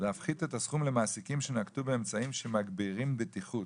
להפחית את הסכום למעסיקים שנקטו באמצעים שמגבירים בטיחות,